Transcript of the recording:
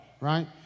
right